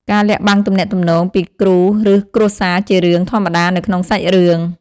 ការលាក់បាំងទំនាក់ទំនង ពីគ្រូឬគ្រួសារគឺជារឿងធម្មតានៅក្នុងសាច់រឿង។